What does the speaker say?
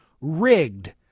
Rigged